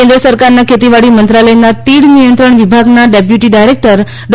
કેન્દ્ર સરકારના ખેતીવાડી મંત્રાલયના તીડ નિયંત્રણ વિભાગના ડેપ્યુટી ડાયરેક્ટર ડો